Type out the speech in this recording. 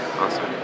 Awesome